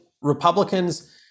Republicans